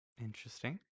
interesting